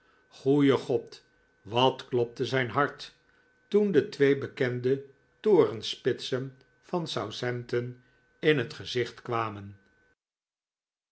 goeie god wat klopte zijn hart toen de twee bekende torenspitsen van southampton in het gezicht kwamen